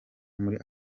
muri